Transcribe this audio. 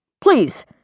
Please